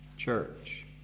church